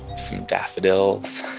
some daffodils.